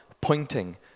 pointing